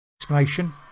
explanation